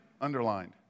underlined